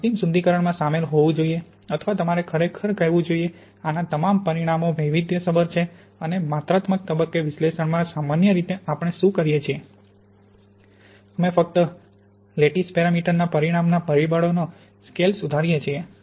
અંતિમ શુદ્ધિકરણમાં શામેલ હોવું જોઈએ અથવા તમારે ખરેખર કહેવું જોઈએ આના તમામ પરિમાણો વૈવિધ્યસભર છે અને માત્રાત્મક તબક્કે વિશ્લેષણમાં સામાન્ય રીતે આપણે શું કરીએ છીએ અમે ફક્ત લટ્ટીસ પેરમીટરના પરિમાણમાં પરિબળો નો સ્કેલ સુધારીએ છીએ